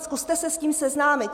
Zkuste se s tím seznámit!